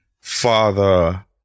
father